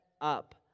up